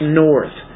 north